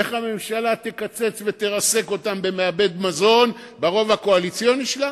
איך הממשלה תקצץ ותרסק אותן במעבד מזון ברוב הקואליציוני שלה,